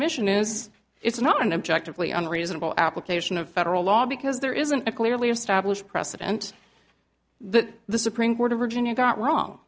submission is it's not an objective leon reasonable application of federal law because there isn't a clearly established precedent that the supreme court of virginia got wrong